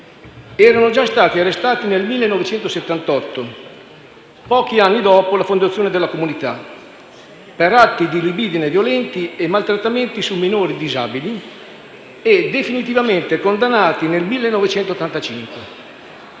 erano già stati arrestati nel 1978, pochi anni dopo la fondazione della comunità, per atti di libidine violenti e maltrattamenti su minori disabili e definitivamente condannati nel 1985.